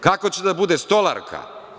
Kako će da bude – stolarka?